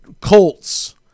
Colts